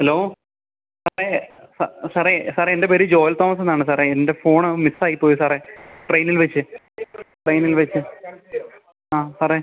hello സാറേ സാറേ സാറേ എൻ്റെ പേര് ജോയൽ തോമസുന്നാണ് സാറേ എൻ്റെ ഫോണ് മിസ്സായി പോയി സാറേ ട്രെയിനിൽ വെച്ച് ട്രെയിനിൽ വെച്ച് ആ സാറേ